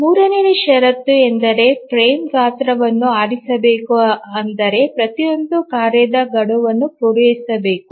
ಮೂರನೆಯ ಷರತ್ತು ಎಂದರೆ ಫ್ರೇಮ್ ಗಾತ್ರವನ್ನು ಆರಿಸಬೇಕು ಅಂದರೆ ಪ್ರತಿಯೊಂದು ಕಾರ್ಯದ ಗಡುವನ್ನು ಪೂರೈಸಬೇಕು